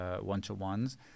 one-to-ones